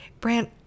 Brant